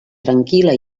tranquil·la